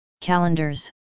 Calendars